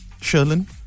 Sherlyn